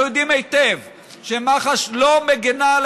אנחנו יודעים היטב שמח"ש לא מגינה על